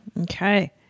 Okay